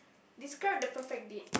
describe the perfect date